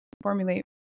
formulate